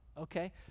okay